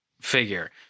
figure